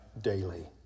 daily